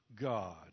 God